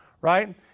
right